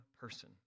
person